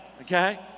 okay